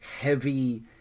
heavy